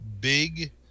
big